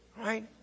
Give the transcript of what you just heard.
right